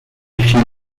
films